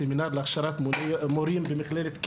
בסמינר להכשרת מורים במכללת K,